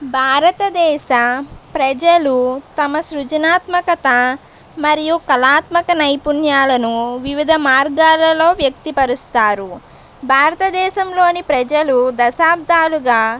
భారతదేశ ప్రజలు తమ సృజనాత్మకత మరియు కళాత్మక నైపుణ్యాలను వివిధ మార్గాలలో వ్యక్తి పరుస్తారు భారతదేశంలోని ప్రజలు దశాబ్దాలుగా